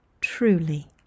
truly